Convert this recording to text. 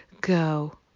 go